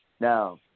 Now